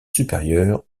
supérieur